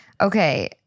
Okay